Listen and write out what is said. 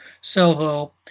Soho